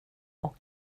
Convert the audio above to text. och